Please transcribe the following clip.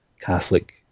Catholic